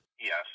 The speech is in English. Yes